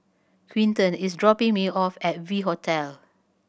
Quinton is dropping me off at V Hotel